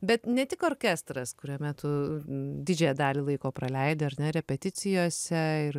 bet ne tik orkestras kuriame tu didžiąją dalį laiko praleidi ar ne repeticijose ir